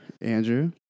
Andrew